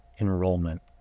enrollment